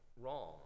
wrong